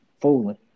fooling